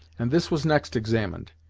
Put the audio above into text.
and this was next examined.